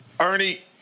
Ernie